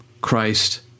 Christ